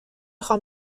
خوام